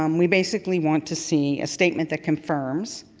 um we basically want to see a statement that confirms